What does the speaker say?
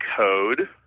code